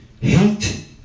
hate